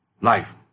life